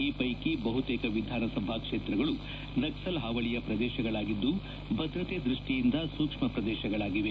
ಈ ಪ್ಟೆಕಿ ಬಹುತೇಕ ವಿಧಾನಸಭಾ ಕ್ಷೇತ್ರಗಳು ನಕ್ಸಲ್ ಹಾವಳಿಯ ಪ್ರದೇಶಗಳಾಗಿದ್ದು ಭದ್ರತೆ ದೃಷ್ಟಿಯಿಂದ ಸೂಕ್ಷ್ಮ ಪ್ರದೇಶಗಳಾಗಿವೆ